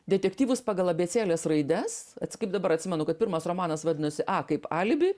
detektyvus pagal abėcėlės raides kaip dabar atsimenu kad pirmas romanas vadinosi a kaip alibi